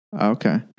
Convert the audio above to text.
Okay